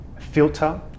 filter